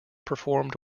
performed